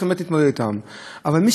הוא רואה שזו לא שאלה של תופעות,